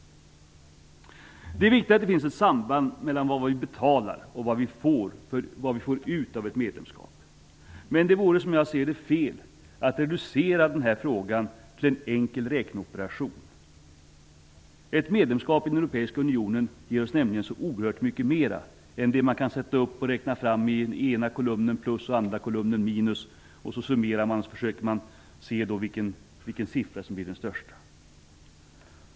Det är viktigt att det finns ett samband mellan vad vi betalar och vad vi får ut av ett medlemskap, men det vore som jag ser det fel att reducera den här frågan till en enkel räkneoperation. Ett medlemskap i den europeiska unionen ger oss nämligen så oerhört mycket mer än det man kan räkna fram genom att ställa upp en kolumn plus och en kolumn minus och sedan summera och försöka se vilken kolumn som har högst siffra.